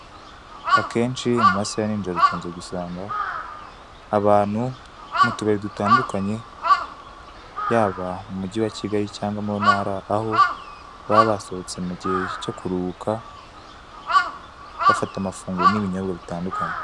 Akenshi mu masaha ya nijoro ukunze gusanga abantu mu tubari dutandukanye yaba mu mugi wa Kigali cyangwa no mu Ntara aho baba basohotse mu gihe cyo kuruhuka bafata amafunguro n'ibinyobwa bitandukanye.